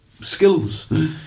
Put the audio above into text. skills